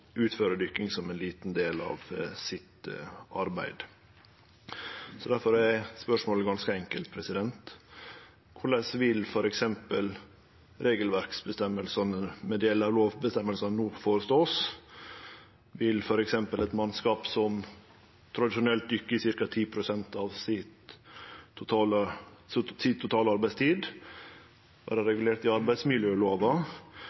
dykking som ein liten del av sitt arbeid. Difor er spørsmålet ganske enkelt: Korleis vil f.eks. regelverksføresegnene, med desse lovføresegnene, no verte forstått? Vil f.eks. eit mannskap som tradisjonelt dykkar i ca. 10 pst. av si totale arbeidstid, vere regulert i arbeidsmiljølova eller i skipsarbeidslova på ulike tidspunkt om bord i båten? For det